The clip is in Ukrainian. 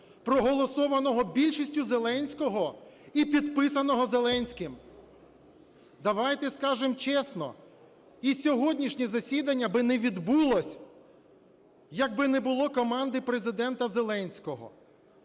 проголосованого більшістю Зеленського і підписаного Зеленським? Давайте скажемо чесно. І сьогоднішнє засідання би не відбулось, якби не було команди Президента Зеленського.